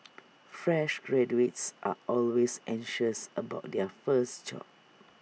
fresh graduates are always anxious about their first job